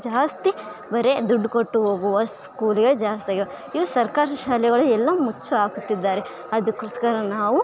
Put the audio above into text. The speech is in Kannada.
ಜಾಸ್ತಿ ಬರೇ ದುಡ್ಡು ಕೊಟ್ಟು ಹೋಗುವ ಸ್ಕೂಲೇ ಜಾಸ್ತಿ ಅಗ್ಯಾ ಈ ಸರ್ಕಾರಿ ಶಾಲೆಗಳೇ ಎಲ್ಲ ಮುಚ್ಚಿ ಹಾಕುತ್ತಿದ್ದಾರೆ ಅದ್ಕೊಸ್ಕರ ನಾವು